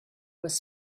was